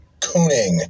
Cooning